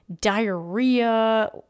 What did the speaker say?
diarrhea